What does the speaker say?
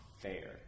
fair